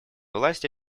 власти